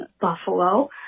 Buffalo